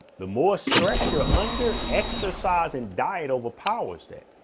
the more stress you're under exercise and diet overpowers that.